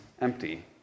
empty